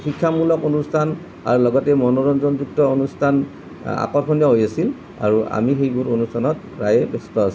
শিক্ষামূলক অনুষ্ঠান আৰু লগতে মনোৰঞ্জনযুক্ত অনুষ্ঠান আকৰ্ষণীয় হৈ আছিল আৰু আমি সেইবোৰ অনুষ্ঠানত প্ৰায়ে ব্যস্ত আছিলোঁ